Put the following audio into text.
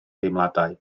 deimladau